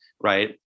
right